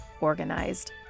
organized